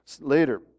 later